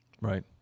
Right